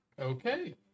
Okay